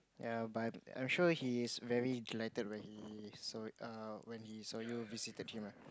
ya but I'm I'm sure he is very delighted when he saw err when he saw you you visited him lah